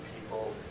people